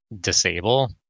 disable